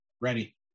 Ready